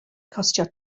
costio